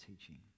teaching